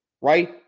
right